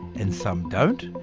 and some don't.